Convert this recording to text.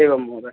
एवम् महोदय